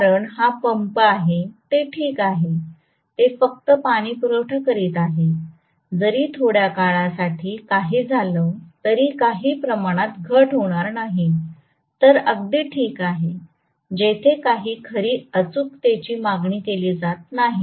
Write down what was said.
कारण हा पंप आहे ते ठीक आहे ते फक्त पाणीपुरवठा करत आहे जरी थोड्या काळासाठी काही झालं तरी काही प्रमाणात घट होणार नाही तर अगदी ठीक आहे जिथे काही खरी अचूकतेची मागणी केली जात नाही